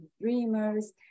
dreamers